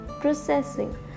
processing